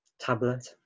Tablet